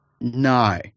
No